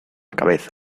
cabeza